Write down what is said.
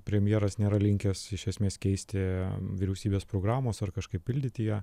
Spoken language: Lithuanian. premjeras nėra linkęs iš esmės keisti vyriausybės programos ar kažkaip pildyti ją